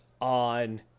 on